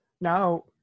now